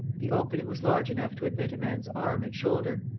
the opening was large enough to admit a man's arm and shoulder,